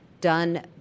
done